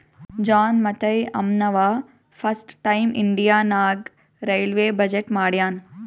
John Mathai ಅಂನವಾ first time India ನಾಗ್ railway budget ಮಾಡ್ಯಾನ್